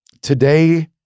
Today